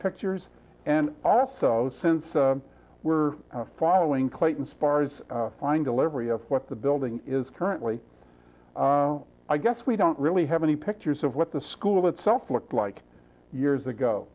pictures and also since we're following clayton spars fine delivery of what the building is currently i guess we don't really have any pictures of what the school itself looked like years ago